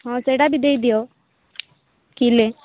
ହଁ ସେଇଟା ବି ଦେଇଦିଅ କିଲେ